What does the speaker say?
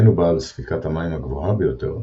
אין הוא בעל ספיקת המים הגבוהה ביותר,